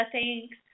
Thanks